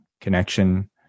connection